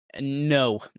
No